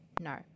No